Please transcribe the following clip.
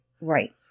Right